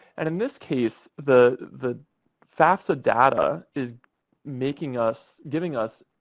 and in this case, the the fafsa data is making us giving us